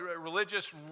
religious